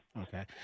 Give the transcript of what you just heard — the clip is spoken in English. Okay